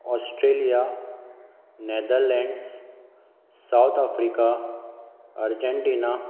Australia Netherlands South Africa Argentina